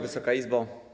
Wysoka Izbo!